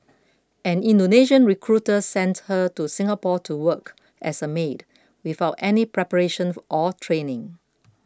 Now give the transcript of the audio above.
an Indonesian recruiter sent her to Singapore to work as a maid without any preparation or training